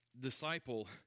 Disciple